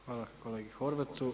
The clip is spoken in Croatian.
Hvala kolegi Horvatu.